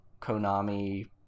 Konami